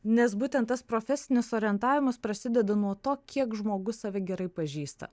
nes būtent tas profesinis orientavimas prasideda nuo to kiek žmogus save gerai pažįsta